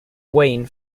wayne